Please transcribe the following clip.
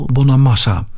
Bonamassa